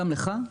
גם לך,